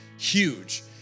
huge